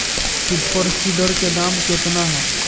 Super seeder के दाम केतना ह?